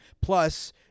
Plus